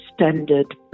standard